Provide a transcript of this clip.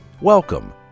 Welcome